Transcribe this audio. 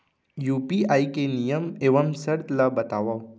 UPI के नियम एवं शर्त ला बतावव